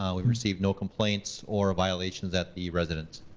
um we've received no complaints or violations at the residence.